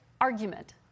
argument